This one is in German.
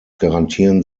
garantieren